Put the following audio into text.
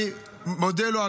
אני מודה לו.